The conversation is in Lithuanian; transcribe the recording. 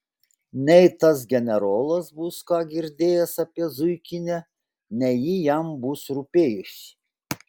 nei tas generolas bus ką girdėjęs apie zuikinę nei ji jam bus rūpėjusi